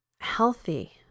healthy